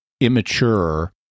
immature